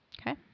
Okay